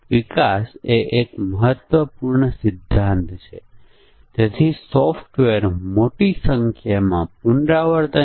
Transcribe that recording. જો તે 3000 કરતા વધારે છે પરંતુ તે ઘરેલું ઉડાન છે તો આપણે મફત ભોજન પીરસાતા નથી